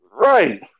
Right